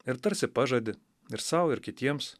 ir tarsi pažadi ir sau ir kitiems